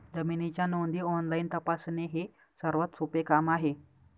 जमिनीच्या नोंदी ऑनलाईन तपासणे हे सर्वात सोपे काम आहे